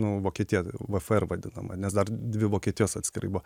nu vokietiją vfr vadinamą nes dar dvi vokietijos atskirai buvo